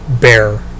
bear